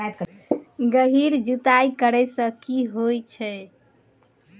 गहिर जुताई करैय सँ की होइ छै?